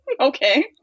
okay